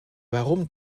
warum